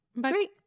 great